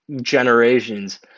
generations